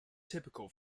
typical